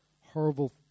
horrible